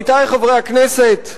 עמיתי חברי הכנסת,